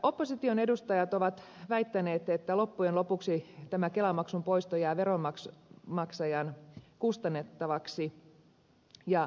opposition edustajat ovat väittäneet että loppujen lopuksi tämä kelamaksun poisto jää veronmaksajan kustannettavaksi ja ed